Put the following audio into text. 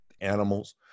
animals